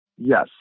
Yes